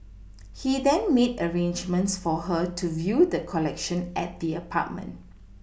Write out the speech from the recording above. he then made arrangements for her to view the collection at the apartment